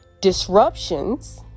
disruptions